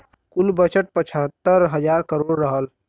कुल बजट पचहत्तर हज़ार करोड़ रहल